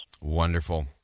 Wonderful